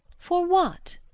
for what?